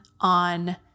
on